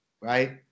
right